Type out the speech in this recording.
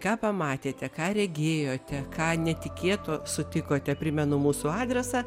ką pamatėte ką regėjote ką netikėto sutikote primenu mūsų adresą